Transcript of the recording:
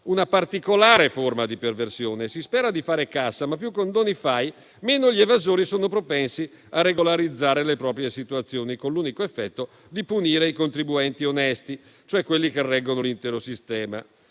una particolare forma di perversione; si spera di fare cassa, ma più condoni fai, meno gli evasori sono propensi a regolarizzare le proprie situazioni, con l'unico effetto di punire i contribuenti onesti, cioè quelli che reggono l'intero sistema.